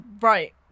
right